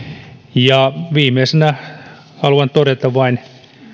ja viimeisenä haluan todeta vain